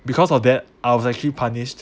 because of that I was actually punished